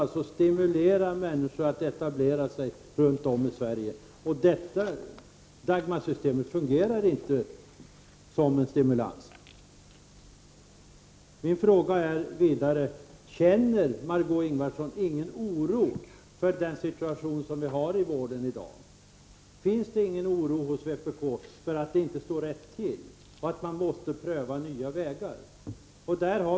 Vi måste stimulera människor att etablera sig runt om i Sverige. Dagmarsystemet fungerar inte som en stimulans i det avseendet. Känner Margö Ingvardsson ingen oro över den situation vi har inom vården i dag? Känner ingen i vpk någon oro för att det inte står rätt till? Tycker ni inte att vi måste pröva nya vägar?